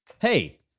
Hey